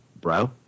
bro